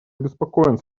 обеспокоен